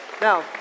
Now